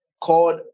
called